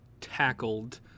tackled